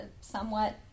somewhat